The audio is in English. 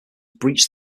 breached